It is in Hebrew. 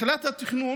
בתחילה התכנון